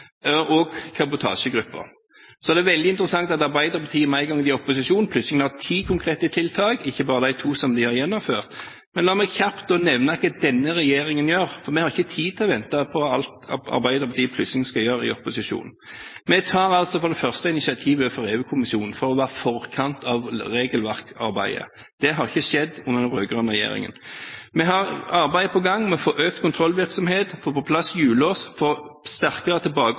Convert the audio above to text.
og kabotasjegruppen. Det er veldig interessant at Arbeiderpartiet, med en gang de er i opposisjon, plutselig har ti konkrete tiltak – ikke bare de to som de har gjennomført. Men la meg kjapt nevne hva denne regjeringen gjør, for vi har ikke tid til å vente på alt Arbeiderpartiet plutselig skal gjøre i opposisjon. Vi tar for det første initiativ overfor EU-kommisjonen for å være i forkant av regelverksarbeidet. Det skjedde ikke under den rød-grønne regjeringen. Vi har arbeid på gang for å få økt kontrollvirksomhet, få på plass hjullås, for sterkere